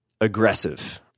aggressive